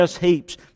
heaps